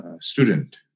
student